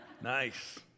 Nice